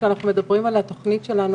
בעיקר של התשתיות הגדולות מהרשויות המקומיות.